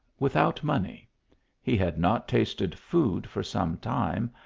without money he had not tasted food for some time,